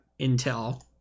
Intel